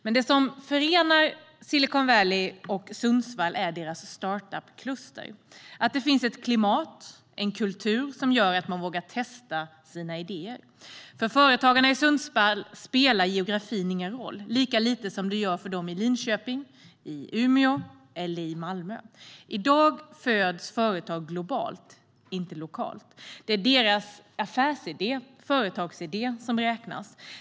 Men det som förenar Silicon Valley och Sundsvall är deras startup-kluster där det finns ett klimat, en kultur, som gör att man vågar testa sina idéer. För företagarna i Sundsvall spelar geografin lika liten roll som för dem i Linköping, Umeå och Malmö. I dag föds företag globalt, inte lokalt. Det är deras affärsidé, deras företagsidé, som räknas.